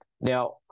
Now